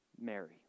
Mary